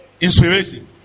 Inspiration